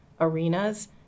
arenas